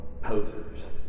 posers